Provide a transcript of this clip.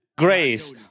grace